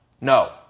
No